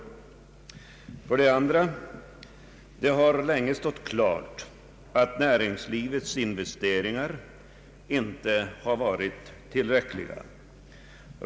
För det andra: Det har länge stått klart att näringslivets investeringar inte har varit tillräckliga.